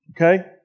Okay